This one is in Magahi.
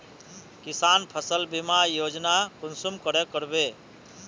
किसान फसल बीमा योजना कुंसम करे करबे?